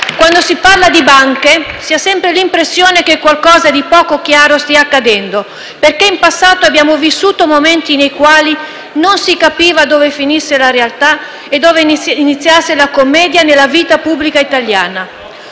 quando si parla di banche, si ha sempre l'impressione che qualcosa di poco chiaro stia accadendo perché in passato abbiamo vissuto momenti nei quali non si capiva dove finisse la realtà e dove iniziasse la commedia nella vita pubblica italiana.